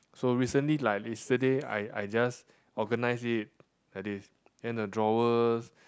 so recently like yesterday I I just organize it like this and the drawers